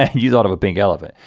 and you thought of a pink elephant?